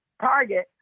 target